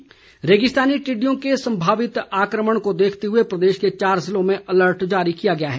टिड्डी अर्लट रेगिस्तानी टिड्डियों के संभावित आक्रमण को देखते हुए प्रदेश के चार जिलों में अलर्ट जारी किया गया है